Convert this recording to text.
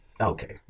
okay